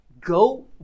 go